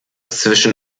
zwischen